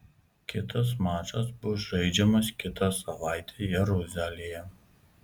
kitas mačas bus žaidžiamas kitą savaitę jeruzalėje